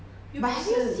又不是